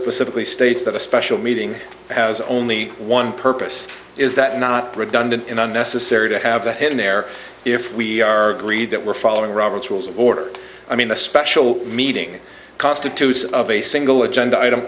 specifically states that a special meeting has only one purpose is that not redundant and unnecessary to have a hidden there if we are greedy that we're following robert's rules of order i mean the special meeting constitutes of a single agenda item